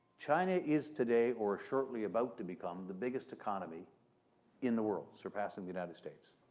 china is today or shortly about to become the biggest economy in the world, surpassing the united states.